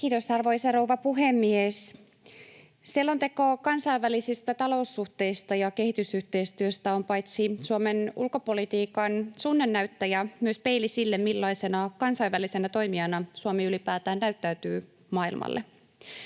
Kiitos, arvoisa rouva puhemies! Selonteko kansainvälisistä taloussuhteista ja kehitysyhteistyöstä on paitsi Suomen ulkopolitiikan suunnannäyttäjä myös peili sille, millaisena kansainvälisenä toimijana Suomi ylipäätään näyttäytyy maailmalle.